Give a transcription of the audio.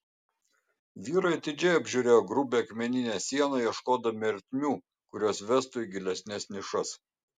vyrai atidžiai apžiūrėjo grubią akmeninę sieną ieškodami ertmių kurios vestų į gilesnes nišas